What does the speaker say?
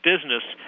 business